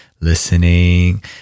listening